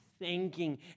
thanking